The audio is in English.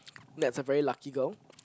Nat's a very lucky girl